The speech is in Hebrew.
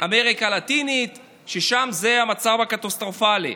אמריקה הלטינית, ששם המצב קטסטרופלי.